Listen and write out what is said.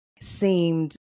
seemed